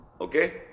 Okay